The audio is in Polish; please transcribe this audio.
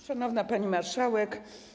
Szanowna Pani Marszałek!